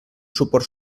suport